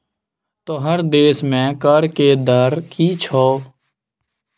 तोहर देशमे कर के दर की छौ?